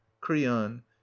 creon